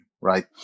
Right